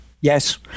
Yes